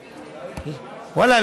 ואללה,